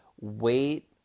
wait